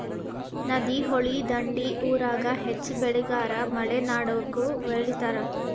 ನದಿ, ಹೊಳಿ ದಂಡಿ ಊರಾಗ ಹೆಚ್ಚ ಬೆಳಿತಾರ ಮಲೆನಾಡಾಗು ಬೆಳಿತಾರ